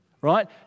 right